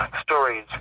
stories